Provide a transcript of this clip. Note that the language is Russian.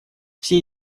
все